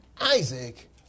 Isaac